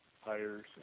hires